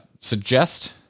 suggest